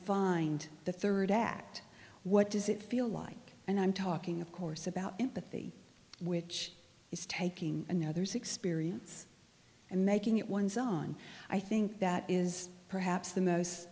find the third act what does it feel like and i'm talking of course about empathy which is taking another's experience and making it one's own i think that is perhaps the most